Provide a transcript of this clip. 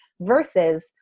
versus